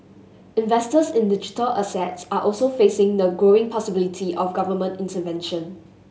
investors in digital assets are also facing the growing possibility of government intervention